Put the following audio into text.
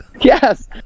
Yes